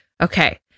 Okay